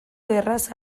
erraz